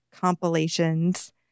compilations